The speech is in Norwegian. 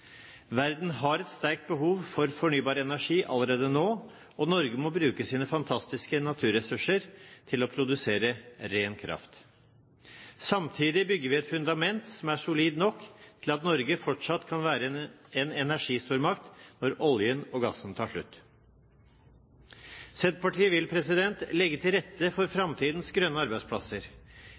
Verden har et sterkt behov for fornybar energi allerede nå, og Norge må bruke sine fantastiske naturressurser til å produsere ren kraft. Samtidig bygger vi et fundament som er solid nok til at Norge fortsatt kan være en energistormakt når oljen og gassen tar slutt. Senterpartiet vil legge til rette for framtidens grønne arbeidsplasser.